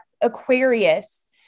Aquarius